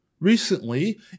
Recently